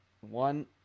one